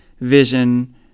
Vision